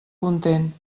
content